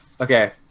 Okay